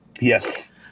Yes